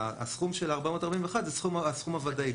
הסכום של 441 הוא הסכום הוודאי,